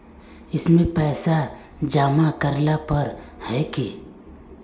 इसमें पैसा जमा करेला पर है की?